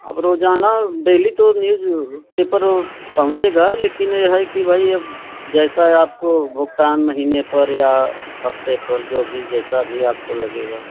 आप रोज़ाना डेली तो न्यूज़पेपर पहुँचेगा लेकिन यह है कि भाई अब जैसा है आपको भुगतान महीने पर या हफ़्ते पर जो भी जैसा भी आपको लगेगा